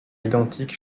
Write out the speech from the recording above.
identique